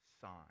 sign